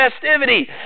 festivity